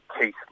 Keith